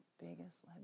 biggest